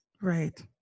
Right